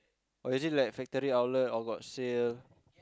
or is it like factory outlet or got sale